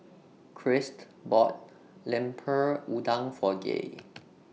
Christ bought Lemper Udang For Gay